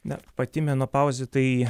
na pati menopauzė tai